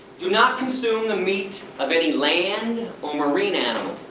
do not consume the meat of any land or marine animals.